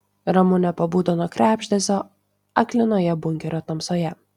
ramunė pabudo nuo krebždesio aklinoje bunkerio tamsoje